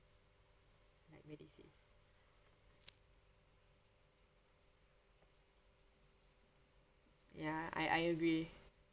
like MediSave ya ya I I agree